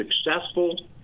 successful